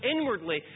inwardly